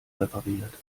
repariert